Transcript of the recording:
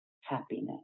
happiness